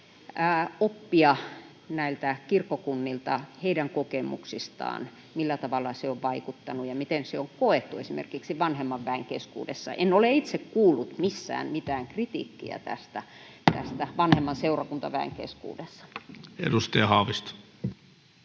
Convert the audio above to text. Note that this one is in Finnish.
oppia näiltä kirkkokunnilta heidän kokemuksistaan, millä tavalla se on vaikuttanut ja miten se on koettu esimerkiksi vanhemman väen keskuudessa. En ole itse kuullut missään mitään kritiikkiä tästä vanhemman seurakuntaväen keskuudessa. [Speech 13]